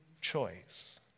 choice